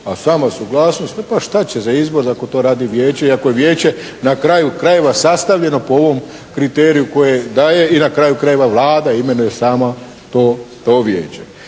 a sama suglasnost. Pa šta će za izbor, ako to radi vijeće i ako je vijeće na kraju krajeva sastavljeno po ovom kriteriju koje daje i na kraju krajeva Vlada imenuje sama to vijeće.